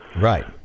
Right